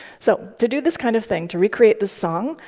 so to do this kind of thing, to recreate the song,